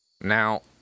Now